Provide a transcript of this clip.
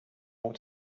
want